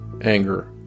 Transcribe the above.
anger